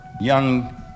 young